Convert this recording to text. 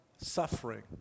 suffering